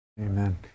Amen